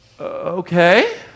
okay